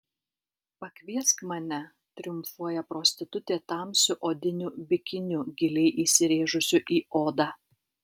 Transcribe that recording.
pakviesk mane triumfuoja prostitutė tamsiu odiniu bikiniu giliai įsirėžusiu į odą